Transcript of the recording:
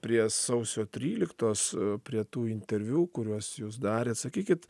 prie sausio tryliktos prie tų interviu kuriuos jūs darėt sakykit